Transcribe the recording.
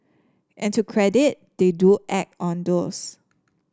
and to credit they do act on those